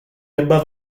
above